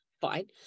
Fine